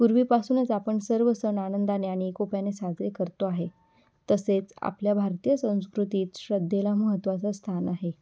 पूर्वीपासूनच आपण सर्व सण आनंदाने आणि एकोप्याने साजरे करतो आहे तसेच आपल्या भारतीय संस्कृतीत श्रद्धेला महत्त्वाचं स्थान आहे